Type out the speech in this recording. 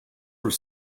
were